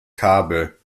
kabel